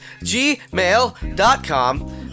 gmail.com